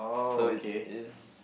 so it's it's